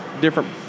different